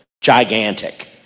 gigantic